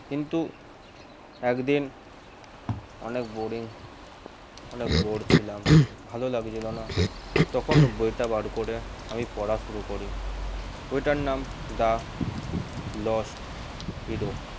কিন্তু একদিন অনেক বোরিং অনেক বোর ছিলাম ভালো লাগছিলো না তখন বইটা বার করে আমি পড়া শুরু করি বইটার নাম দ্য লস্ট হিরো